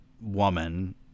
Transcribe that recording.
woman